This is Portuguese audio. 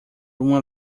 uma